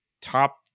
top